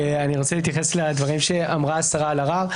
אני רוצה להתייחס לדברים שאמרה השרה אלהרר,